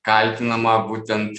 kaltinama būtent